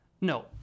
No